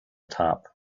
top